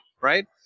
right